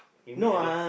you mean at the